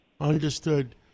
Understood